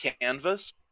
Canvas